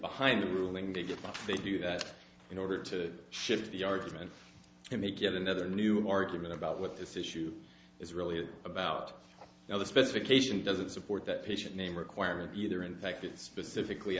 behind the ruling they get but they do that in order to shift the argument and they get another new argument about what this issue is really about now the specification doesn't support that patient name requirement either in fact it specifically